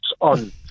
on